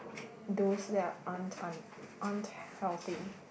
those that aren't un~ aren't healthy